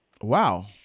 Wow